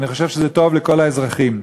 אני חושב שזה טוב לכל האזרחים.